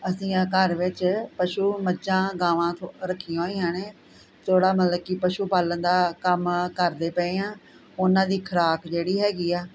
ਅਸੀਂ ਆਹ ਘਰ ਵਿੱਚ ਪਸ਼ੂ ਮੱਝਾਂ ਗਾਵਾਂ ਤਾਂ ਰੱਖੀਆਂ ਹੋਈਆਂ ਨੇ ਜਿਹੜਾ ਮਤਲਬ ਕਿ ਪਸ਼ੂ ਪਾਲਣ ਦਾ ਕੰਮ ਕਰਦੇ ਪਏ ਹਾਂ ਉਨ੍ਹਾਂ ਦੀ ਖੁਰਾਕ ਜਿਹੜੀ ਹੈਗੀ ਆ